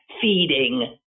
feeding